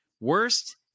worst